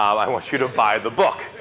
i want you to buy the book.